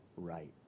right